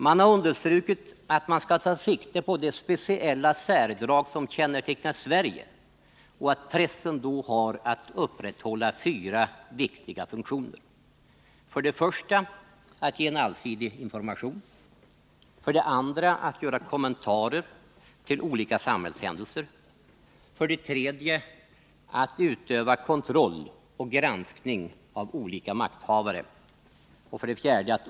Man har understrukit att man skall ta sikte på de speciella särdrag som kännetecknar Sverige och att pressen då har att upprätthålla fyra viktiga funktioner: 1. Ge allsidig information. 2. Göra kommentarer till olika samhällshändelser. 3. Utöva kontroll och granskning av olika makthavare. 4.